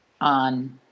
on